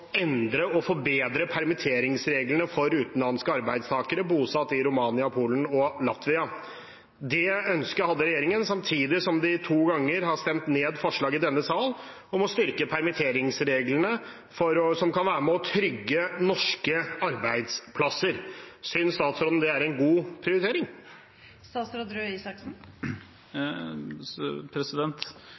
endre og forbedre permitteringsreglene for utenlandske arbeidstakere bosatt i Romania, Polen og Latvia. Det ønsket hadde regjeringen samtidig som de to ganger har stemt ned forslag i denne sal om å styrke permitteringsreglene, som kan være med på å trygge norske arbeidsplasser. Synes statsråden det er en god